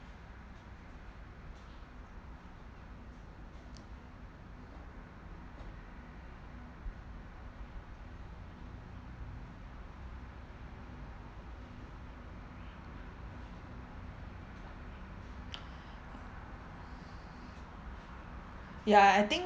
ya I think